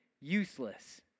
useless